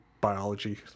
biology